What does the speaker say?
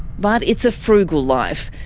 but it's a frugal life.